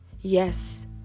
Yes